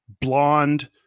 blonde